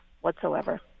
whatsoever